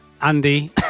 Andy